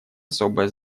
особое